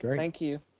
thank you.